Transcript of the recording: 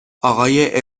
آقای